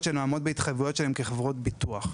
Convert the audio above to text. שלהן לעמוד בהתחייבויות שלהן כחברות ביטוח.